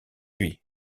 lui